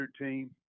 team